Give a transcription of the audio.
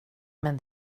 men